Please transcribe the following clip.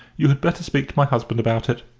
you had better speak to my husband about it.